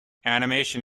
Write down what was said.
animation